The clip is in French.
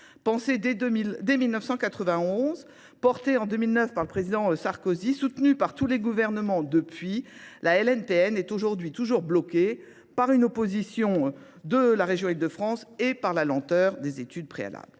Pensé dès 1991, porté en 2009 par le président Sarkozy, soutenu par tous les gouvernements depuis, la LNP est aujourd'hui toujours bloquée par une opposition de la région de France et par la lenteur des études préalables.